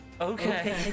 Okay